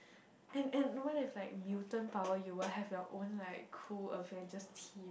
and and no one is like mutant power you will have like your like cool Avengers team